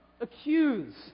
accuse